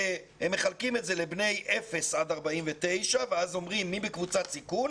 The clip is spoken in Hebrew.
מחלקים את זה לבני אפס עד 49 ואז אומרים מי בקבוצת סיכון.